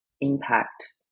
impact